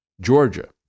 Georgia